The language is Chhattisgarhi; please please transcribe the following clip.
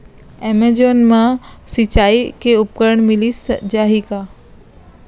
एमेजॉन मा सिंचाई के उपकरण मिलिस जाही का?